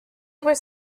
was